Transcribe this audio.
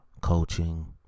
coaching